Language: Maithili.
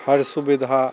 हर सुविधा